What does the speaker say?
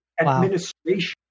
administration